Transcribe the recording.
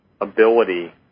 ability